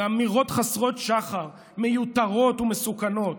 אמירות חסרות שחר, מיותרות ומסוכנות.